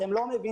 אתם לא מבינים.